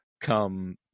come